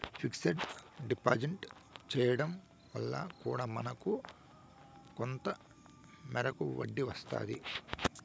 fixed deposit చేయడం వల్ల కూడా మనకు కొంత మేరకు వడ్డీ వస్తాది